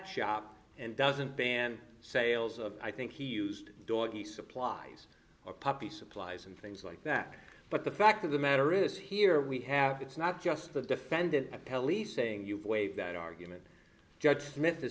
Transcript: shop and doesn't ban sales of i think he used doggie supplies or puppy supplies and things like that but the fact of the matter is here we have it's not just the defendant appellee saying you've waived that argument judge smith is